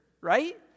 right